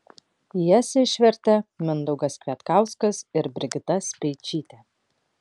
jas išvertė mindaugas kvietkauskas ir brigita speičytė